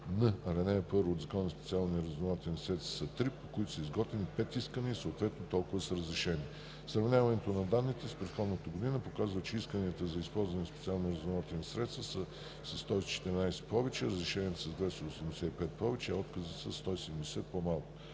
ал. 1 от ЗСРС са три, по които са изготвени пет искания и съответно толкова са разрешени. Сравняването на данните с предходната година показва, че исканията за използване на специални разузнавателни средства са със 114 повече, разрешенията са с 285 повече, а отказите са със 170 по-малко.